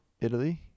Italy